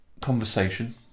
conversation